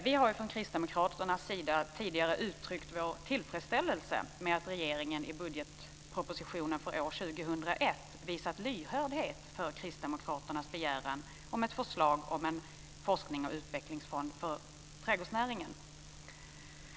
Vi har från Kristdemokraternas sida tidigare uttryckt vår tillfredsställelse över att regeringen i budgetpropositionen för år 2001 visat lyhördhet för Kristdemokraternas begäran om ett förslag om en forsknings och utvecklingsfond för trädgårdsnäringen.